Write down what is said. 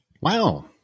Wow